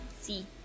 See